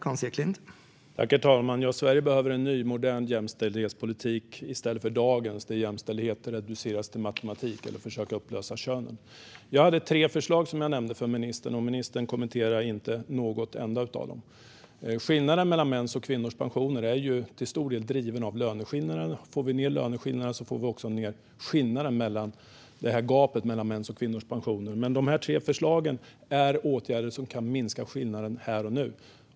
Herr talman! Ja, Sverige behöver en ny, modern jämställdhetspolitik i stället för dagens, där jämställdhet reduceras till matematik eller försök att upplösa könen. Jag hade tre förslag som jag nämnde för ministern, och ministern kommenterade inte något enda av dem. Skillnaden mellan mäns och kvinnors pensioner är till stor del driven av löneskillnaden. Får vi ned löneskillnaden får vi också ned gapet mellan mäns och kvinnors pensioner. Men de tre förslagen är åtgärder som kan minska skillnaden här och nu.